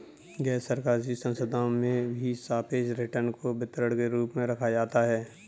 गैरसरकारी संस्थाओं में भी सापेक्ष रिटर्न को वितरण के रूप में रखा जाता है